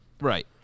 Right